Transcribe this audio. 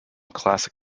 classic